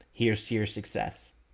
here's to your success.